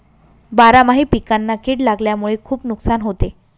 बारामाही पिकांना कीड लागल्यामुळे खुप नुकसान होते